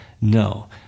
No